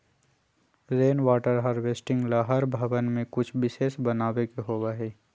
rain water harvesting ला हर भवन में कुछ विशेष बनावे के होबा हई